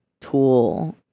tool